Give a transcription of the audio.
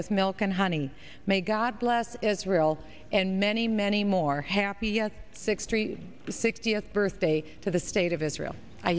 with milk and honey may god bless israel and many many more happy sixth the sixtieth birthday to the state of israel i